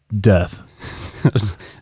Death